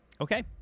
Okay